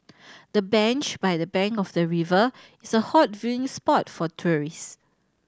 the bench by the bank of the river is a hot viewing spot for tourists